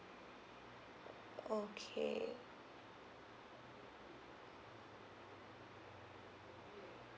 okay